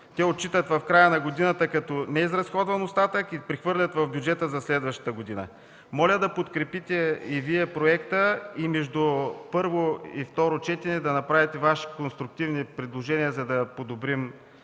те отчитат в края на годината като неизразходван остатък и прехвърлят в бюджета за следващата година. Моля да подкрепите и Вие проекта, и между първо и второ четене да направите Вашите конструктивни предложения, за да го подобрим.